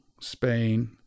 Spain